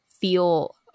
feel